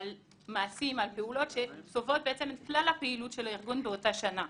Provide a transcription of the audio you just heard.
על מעשים ופעולות של כלל הפעילות של הארגון באותה שנה,